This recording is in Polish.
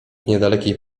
niedalekiej